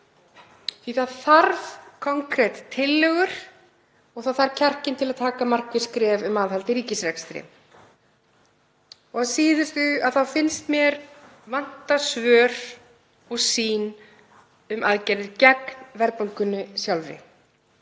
Það þarf konkret tillögur. Það þarf kjarkinn til að taka markviss skref um aðhald í ríkisrekstri. Að síðustu finnst mér vanta svör og sýn um aðgerðir gegn verðbólgunni sjálfri.